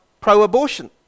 pro-abortion